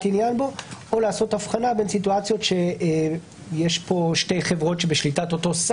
עניין או לעשות הבחנה בין סיטואציות כאשר יש כאן שתי חברות שהן